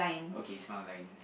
okay it's not a line